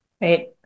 Right